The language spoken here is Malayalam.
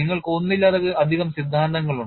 നിങ്ങൾക്ക് ഒന്നിലധികം സിദ്ധാന്തങ്ങളുണ്ട്